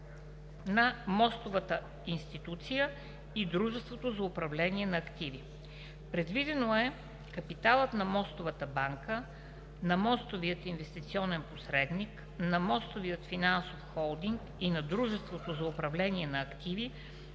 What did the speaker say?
на мостовата институция и дружеството за управление на активи. Предвидено е капиталът на мостовата банка, на мостовия инвестиционен посредник, на мостовия финансов холдинг и на дружеството за управление на активи